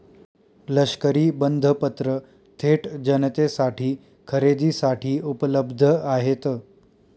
लष्करी बंधपत्र थेट जनतेसाठी खरेदीसाठी उपलब्ध आहेत